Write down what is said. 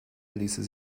ließe